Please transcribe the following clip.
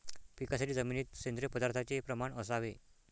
पिकासाठी जमिनीत सेंद्रिय पदार्थाचे प्रमाण असावे